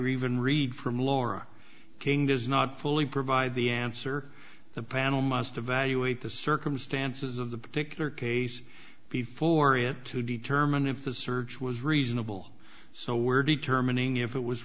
reviewed read from laura king does not fully provide the answer the panel must evaluate the circumstances of the particular case before it to determine if the search was reasonable so we're determining if it was